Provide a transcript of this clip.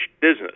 Business